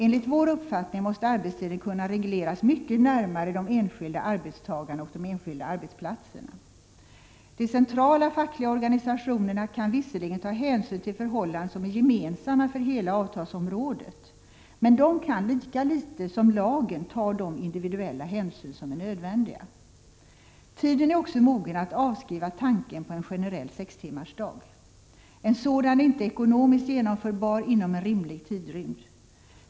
Enligt vår uppfattning måste arbetstiden kunna regleras mycket närmare de enskilda arbetstagarna och arbetsplatserna. De centrala fackliga organisationerna kan visserligen ta hänsyn till förhållanden som är gemensamma för hela avtalsområdet, men de kan lika litet som lagen ta de individuella hänsyn som är nödvändiga. Tiden är också mogen att avskriva tanken på en generell sextimmarsdag. En sådan är inte ekonomiskt genomförbar inom en rimlig tidsrymd.